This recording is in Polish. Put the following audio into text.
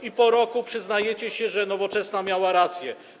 I po roku przyznajecie się, że Nowoczesna miała rację.